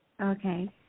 okay